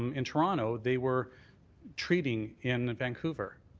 um in toronto, they were treating in vancouver.